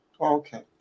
Okay